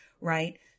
right